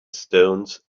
stones